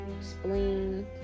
spleen